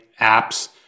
apps